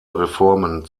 reformen